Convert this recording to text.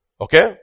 Okay